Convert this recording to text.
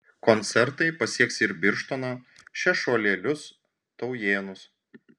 koncertai pasieks ir birštoną šešuolėlius taujėnus